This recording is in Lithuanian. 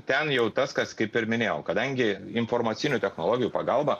ten jau tas kas kaip ir minėjau kadangi informacinių technologijų pagalba